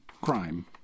crime